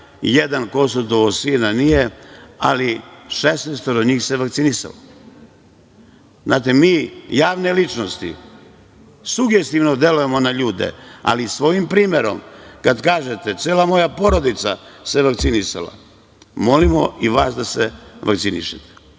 jedan konsultovao sina i nije, ali 16 njih se vakcinisalo. Znate, mi javne ličnosti sugestivno delujemo na ljude, ali svojim primerom kada kažete cela moja porodica se vakcinisala, molimo i vas da se vakcinišete. Kada